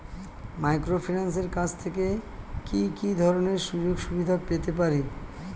মাইক্রোফিন্যান্সের কাছ থেকে কি কি ধরনের সুযোগসুবিধা পেতে পারি?